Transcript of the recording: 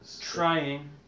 Trying